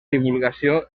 divulgació